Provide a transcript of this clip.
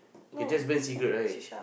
can just ban cigarette right